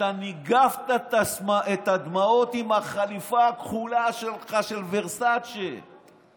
אתה ניגבת את הדמעות עם החליפה הכחולה שלך של ורסצ'ה,